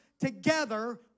together